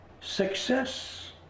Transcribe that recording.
Success